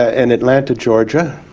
in atlanta, georgia